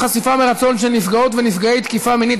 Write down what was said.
חשיפה מרצון של נפגעות ונפגעי תקיפה מינית),